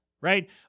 right